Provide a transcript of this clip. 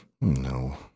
No